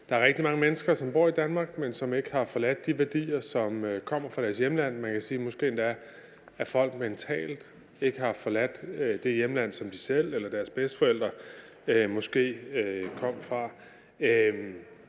der er rigtig mange mennesker, som bor i Danmark, men som ikke har forladt de værdier, som kommer fra deres hjemland. Man kan måske endda sige, at folk mentalt ikke har forladt det hjemland, som de selv eller deres bedsteforældre måske kom fra.